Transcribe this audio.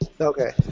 Okay